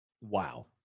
Wow